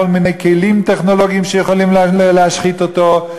כל מיני כלים טכנולוגיים שיכולים להשחית אותו,